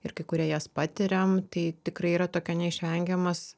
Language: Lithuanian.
ir kai kurie jas patiriam tai tikrai yra tokia neišvengiamas